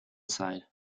site